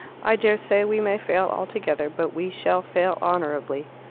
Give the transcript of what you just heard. i dare say we may fail altogether, but we shall fail honourably.